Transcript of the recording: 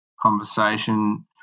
conversation